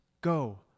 go